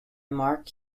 mark